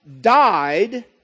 died